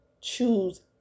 choose